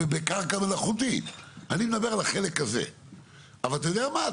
אבל אתה יודע מה?